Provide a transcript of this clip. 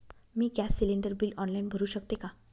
मी gas cylinder bill online भरु शकते का?